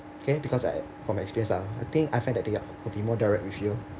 okay because I from experience lah I think I find that they are will be more direct with you